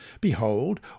behold